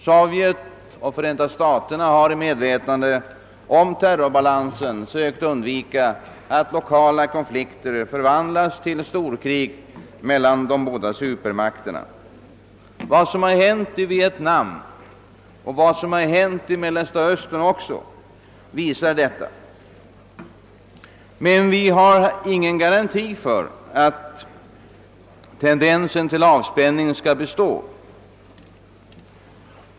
Sovjet och Förenta staterna har i medvetande om terrorbalansen försökt undvika att lokala konflikter förvandlas till storkrig mellan de båda supermakterna. Vad som hänt i Vietnam och Mellersta Östern visar detta. Men vi har ingen garanti för att tendensen till avspänning skall bestå.